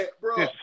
bro